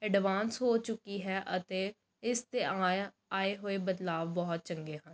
advance ਹੋ ਚੁੱਕੀ ਹੈ ਅਤੇ ਇਸ 'ਤੇ ਆਇਆ ਆਏ ਹੋਏ ਬਦਲਾਵ ਬਹੁਤ ਚੰਗੇ ਹਨ